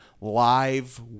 live